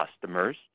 customers